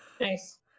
Nice